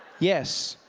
yes,